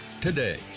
today